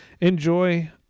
enjoy